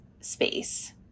space